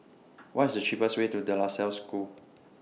What IS The cheapest Way to De La Salle School